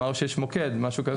אמרנו שיש מוקד משהו כזה.